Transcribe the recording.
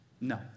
No